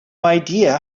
idea